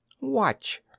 Watch